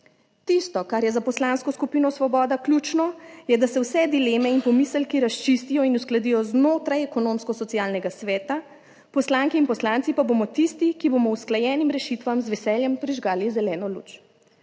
Tisto, kar je za Poslansko skupino Svoboda ključno je, da se vse dileme in pomisleki razčistijo in uskladijo znotraj Ekonomsko-socialnega sveta, poslanke in poslanci pa bomo tisti, ki bomo usklajenim rešitvam z veseljem prižgali zeleno luč.